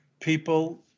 people